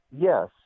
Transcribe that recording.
yes